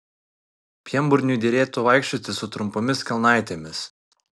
pienburniui derėtų vaikščioti su trumpomis kelnaitėmis